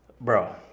Bro